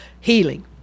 healing